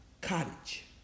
cottage